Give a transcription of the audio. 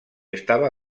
estava